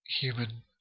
human